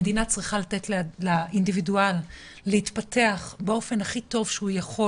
המדינה צריכה לתת לאינדיבידואל להתפתח באופן הכי טוב שהוא יכול,